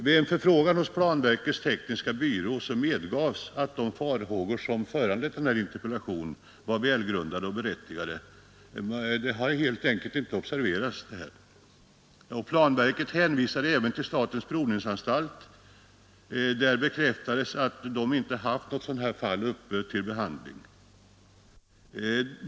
Vid förfrågan hos planverkets tekniska byrå medgavs att de farhågor som föranlett denna interpellation är välgrundade och berättigade. Detta har helt enkelt inte observerats. Planverket hänvisade även till statens provningsanstalt. Där bekräftades att man inte haft något sådant fall uppe till behandling.